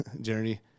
Journey